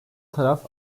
taraf